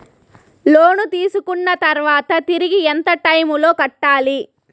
లోను తీసుకున్న తర్వాత తిరిగి ఎంత టైములో కట్టాలి